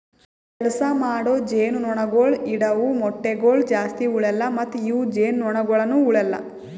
ಕೆಲಸ ಮಾಡೋ ಜೇನುನೊಣಗೊಳ್ ಇಡವು ಮೊಟ್ಟಗೊಳ್ ಜಾಸ್ತಿ ಉಳೆಲ್ಲ ಮತ್ತ ಇವು ಜೇನುನೊಣಗೊಳನು ಉಳೆಲ್ಲ